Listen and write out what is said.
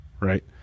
right